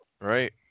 Right